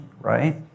right